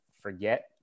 forget